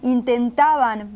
Intentaban